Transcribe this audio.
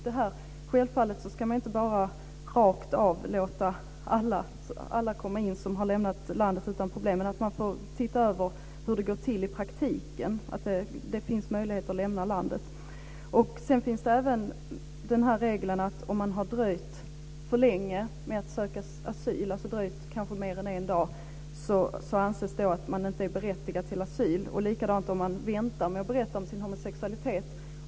Därför ska man inte bara rakt av låta alla komma in som har lämnat landet utan problem. Men man får se över hur det går till i praktiken, att det finns möjligheter att lämna landet. Sedan finns det även en regel som innebär att om man har dröjt för länge med att söka asyl, kanske mer än en dag, så anses det att man inte är berättigad till asyl. På samma sätt är det om man väntar med att berätta om sin homosexualitet.